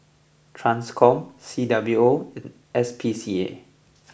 Transcom C W O and S P C A